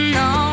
no